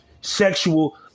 sexual